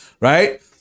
Right